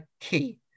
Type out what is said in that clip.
key